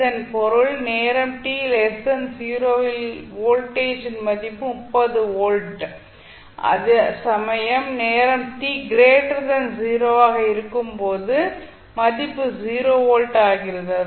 இதன் பொருள் நேரம் t 0 வில் வோல்டேஜின் மதிப்பு 30 வோல்ட் அந்த சமயம் நேரம் t 0 இருக்கும் போது மதிப்பு 0 வோல்ட் ஆகிறது